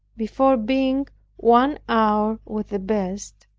before being one hour with the best,